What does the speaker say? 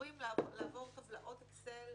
אמורים לעבור טבלאות אקסל,